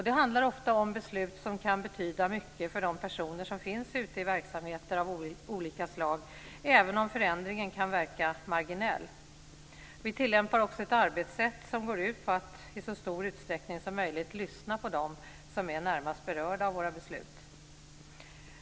Det handlar ofta om beslut som kan betyda mycket för de personer som finns ute i verksamheter av olika slag, även om förändringen kan verka marginell. Vi tillämpar också ett arbetssätt som går ut på att i så stor utsträckning som möjligt lyssna på dem som är närmast berörda av våra beslut.